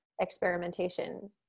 experimentation